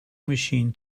machine